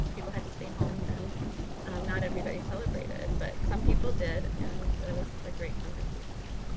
people had to stay home and not everybody celebrated. but some people did and it was a great conversation.